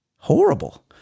horrible